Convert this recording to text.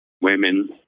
women